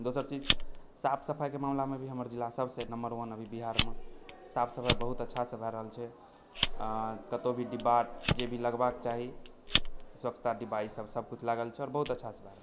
दोसर चीज साफ सफाइके मामिलामे भी हमर जिला सबसँ नम्बर वन अभी बिहारमे साफ सफाइ बहुत अच्छासँ भए रहल छै कतौ भी डिब्बा जे भी लगबा चाही स्वछता डिब्बा ई सब सब किछु लागल छै आओर बहुत अच्छासँ भए रहल छै